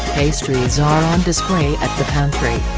pastries are on display at the pantry.